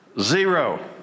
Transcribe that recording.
Zero